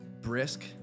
brisk